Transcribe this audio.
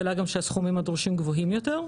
העלה גם שהסכומים הדרושים גבוהים יותר,